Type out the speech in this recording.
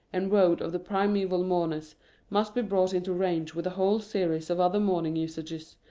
and woad of the primeval mourners must be brought into range with a whole series of other mourning usages,